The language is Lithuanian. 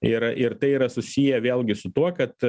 ir ir tai yra susiję vėlgi su tuo kad